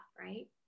right